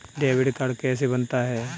Debit card कैसे बनता है?